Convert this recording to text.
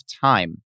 time